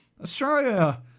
Australia